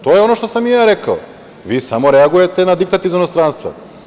To je ono što sam i ja rekao, vi samo reagujete na diktat iz inostranstva.